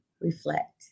reflect